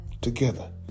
Together